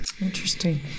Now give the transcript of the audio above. Interesting